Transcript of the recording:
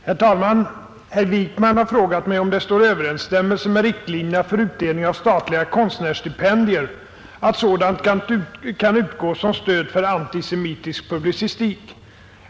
Herr talman! Herr Wijkman har frågat mig om det står i överensstämmelse med riktlinjerna för utdelning av statliga konstnärsstipendier att sådant kan utgå som stöd för antisemitisk publicistik.